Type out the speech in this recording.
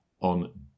on